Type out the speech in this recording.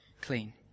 clean